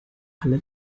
alle